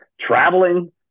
traveling